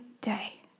day